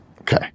okay